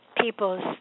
people's